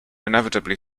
inevitably